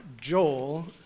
Joel